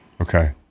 okay